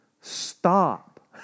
Stop